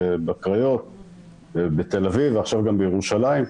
בקריות ובתל אביב ועכשיו גם בירושלים.